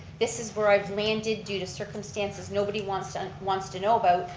this is where i've landed due to circumstances, nobody wants to wants to know about,